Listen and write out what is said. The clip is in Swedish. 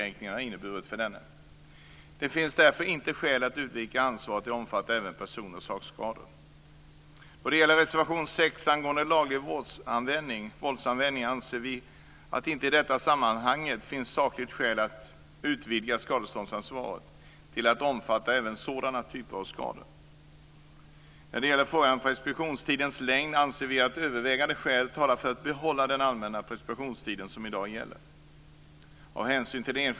Det finns därför inte skäl att utvidga ansvaret till att omfatta även person och sakskador. När det gäller frågan om preskriptionstiden längd, anser vi att övervägande skäl talar för att man behåller den allmänna preskriptionstid som i dag gäller.